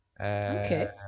Okay